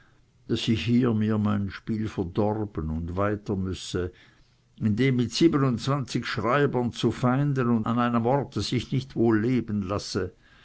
daß ich hier mir mein spiel verdorben und weiter müsse indem mit siebenundzwanzig schreibern zu feinden an einem orte sich nicht wohl leben lasse